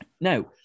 Now